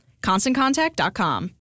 ConstantContact.com